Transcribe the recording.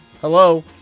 Hello